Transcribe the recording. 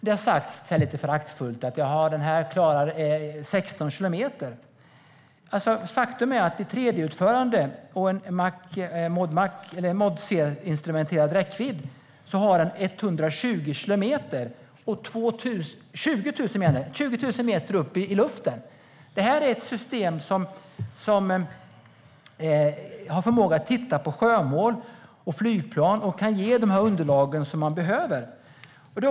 Det har sagts lite föraktfullt att den här klarar 16 kilometer. Faktum är att i 3D-utförande på en Mod C-instrumenterad räckvidd handlar det om 120 kilometer och 20 000 meter upp i luften. Det här är ett system som har förmåga att titta på sjömål och flygplan och kan ge de underlag som man behöver.